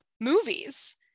movies